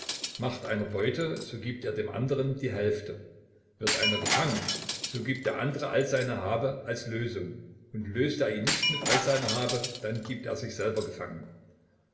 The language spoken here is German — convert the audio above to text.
macht einer beute so gibt er dem anderen die hälfte wird einer gefangen so gibt der andre all seine habe als lösung und löst er ihn nicht mit all seiner habe dann gibt er sich selber gefangen